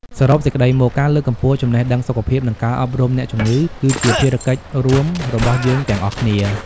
សរុបសេចក្តីមក ការលើកកម្ពស់ចំណេះដឹងសុខភាព និងការអប់រំអ្នកជំងឺគឺជាភារកិច្ចរួមរបស់យើងទាំងអស់គ្នា។